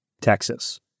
Texas